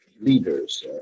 leaders